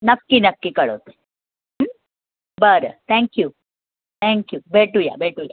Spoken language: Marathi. नक्की नक्की कळवते बरं थँक्यू थँक्यू भेटूया भेटूया ओके